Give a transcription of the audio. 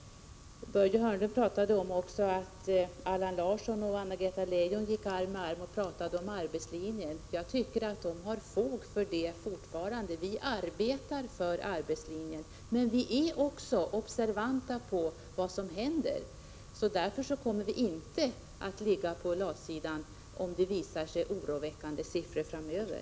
Börje Hörnlund pratade också om att Allan Larsson och Anna-Greta Leijon gick arm i arm och talade om arbetslinjen. Jag tycker att de fortfarande har fog för det. Vi arbetar för arbetslinjen. Men vi är också observanta på vad som händer, och därför kommer vi inte att ligga på latsidan om oroväckande siffror visar sig framöver.